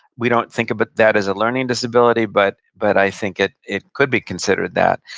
we don't think of but that as a learning disability, but but i think it it could be considered that,